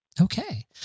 Okay